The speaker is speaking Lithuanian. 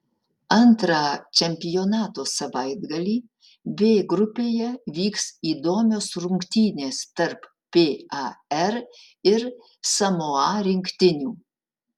antrą čempionato savaitgalį b grupėje vyks įdomios rungtynės tarp par ir samoa rinktinių